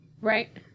Right